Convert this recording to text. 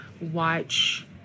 watch